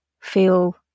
feel